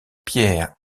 pierre